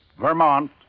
Vermont